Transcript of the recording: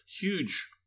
huge